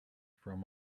from